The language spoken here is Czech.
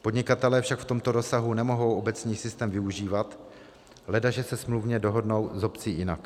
Podnikatelé však v tomto rozsahu nemohou obecní systém využívat, ledaže se smluvně dohodnou s obcí jinak.